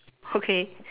okay